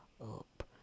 up